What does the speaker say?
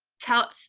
tell.